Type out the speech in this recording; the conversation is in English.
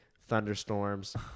thunderstorms